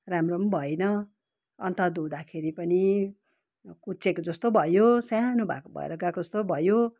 राम्रो पनि भएन अन्त धुँदाखेरि पनि कुच्चेको जस्तो भयो सानो भएको भएर गएको जस्तो पो भयो